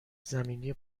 زمینی